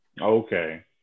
Okay